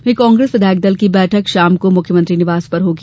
वहीं कांग्रेस विधायक दल की बैठक शाम को मुख्यमंत्री निवास पर होगी